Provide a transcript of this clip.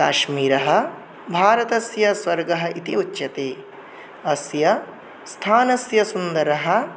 काश्मीरः भारतस्य स्वर्गः इति उच्यते अस्य स्थानस्य सुन्दर्यः